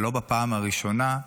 ולא בפעם הראשונה,